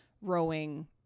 rowing